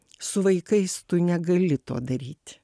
su vaikais tu negali to daryt